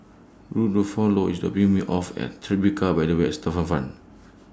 IS dropping Me off At Tribeca By The West Waterfront